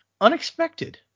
unexpected